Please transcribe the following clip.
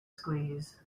squeeze